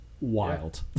Wild